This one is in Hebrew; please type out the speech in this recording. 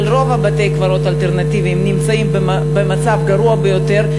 אבל רוב בתי-הקברות האלטרנטיביים נמצאים במצב גרוע ביותר,